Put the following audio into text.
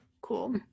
Cool